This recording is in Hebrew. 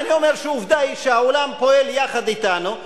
אני אומר שעובדה היא שהעולם פועל יחד אתנו,